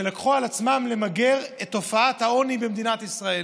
שלקח על עצמו למגר את תופעת העוני במדינת ישראל.